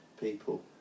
people